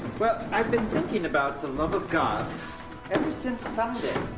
well, i've been thinking about the love of god ever since sunday.